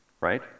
Right